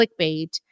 clickbait